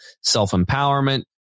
self-empowerment